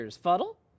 Fuddle